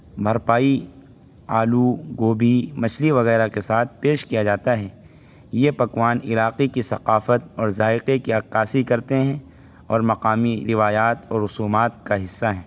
بھرپائی آلو گوبھی مچھلی وغیرہ کے ساتھ پیش کیا جاتا ہے یہ پکوان علاقے کی ثقافت اور ذائقے کی عکاسی کرتے ہیں اور مقامی روایات و رسومات کا حِصّہ ہیں